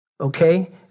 okay